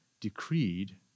decreed